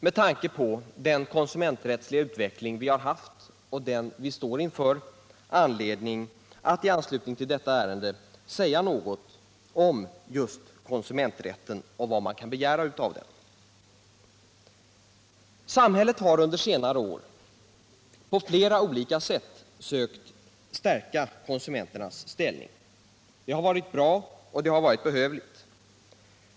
Med tanke på den konsumenträttsliga utvecklingen hittills och den vi står inför finns det anledning att säga några ord om konsumenträtten och vad man kan begära av den. — Nr 33 Samhället har under senare år på flera olika sätt sökt stärka konsu Onsdagen den menternas ställning. Det har varit bra och behövligt.